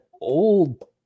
Old